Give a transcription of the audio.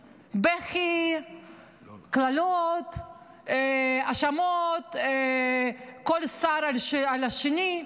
בכי, קללות, האשמות, כל שר על השני.